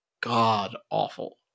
God-awful